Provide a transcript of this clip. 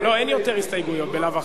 לא, אין יותר הסתייגויות בלאו הכי,